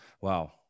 Wow